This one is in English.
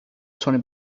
tony